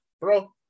bro